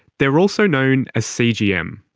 they're also known as cgm.